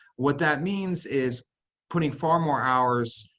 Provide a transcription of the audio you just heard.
what that means is putting far more hours,